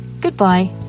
goodbye